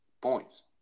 points